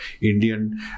Indian